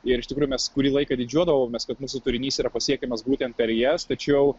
ir iš tikrųjų mes kurį laiką didžiuodavomės kad mūsų turinys yra pasiekiamas būtent per jas tačiau